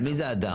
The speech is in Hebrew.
מי זה אדם?